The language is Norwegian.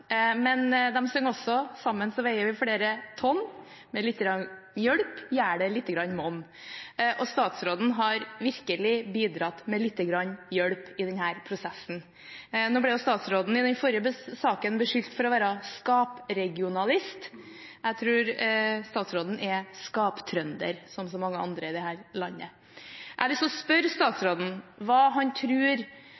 Men de synger også: «Men sammen så veie vi fleire tonn, med littegrann hjølp gjer det littegrann monn.» Statsråden har virkelig bidratt med lite grann hjelp i denne prosessen. Nå ble statsråden i den forrige saken beskyldt for å være skap-regionalist. Jeg tror statsråden er skap-trønder, som så mange andre i dette landet. Jeg vil spørre